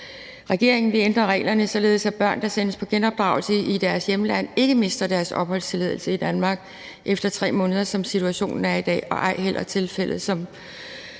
Regeringen vil ændre reglerne, således at børn, der bliver sendt på genopdragelse i deres hjemland, ikke mister deres opholdstilladelse i Danmark efter 3 måneder, som situationen er i dag, og som det er tilfældet for